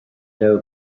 doe